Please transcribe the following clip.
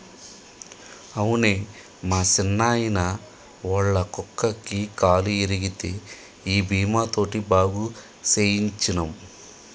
అవునే మా సిన్నాయిన, ఒళ్ళ కుక్కకి కాలు ఇరిగితే ఈ బీమా తోటి బాగు సేయించ్చినం